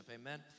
Amen